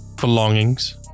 belongings